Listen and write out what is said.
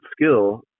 skill